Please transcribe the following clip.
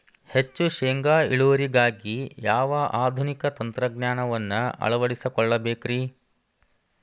ಹೆಚ್ಚು ಶೇಂಗಾ ಇಳುವರಿಗಾಗಿ ಯಾವ ಆಧುನಿಕ ತಂತ್ರಜ್ಞಾನವನ್ನ ಅಳವಡಿಸಿಕೊಳ್ಳಬೇಕರೇ?